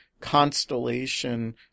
constellation